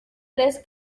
tres